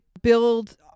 build